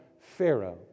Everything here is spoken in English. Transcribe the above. Pharaoh